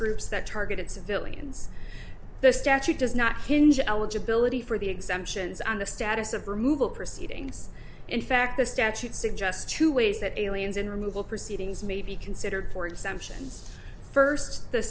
that target civilians the statute does not hinge eligibility for the exemptions on the status of removal proceedings in fact the statute suggests two ways that aliens in removal proceedings may be considered for exemptions first the